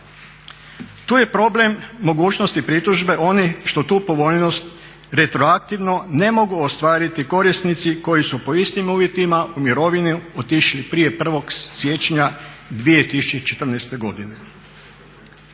Tu je problem mogućnosti pritužbe onih što tu povoljnost retroaktivno ne mogu ostvariti korisnici koji su po istim uvjetima u mirovine otišli prije 1. siječnja 2014. godine.